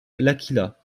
laqhila